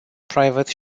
private